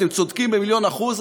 אתם צודקים במיליון אחוז,